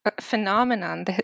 Phenomenon